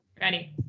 Ready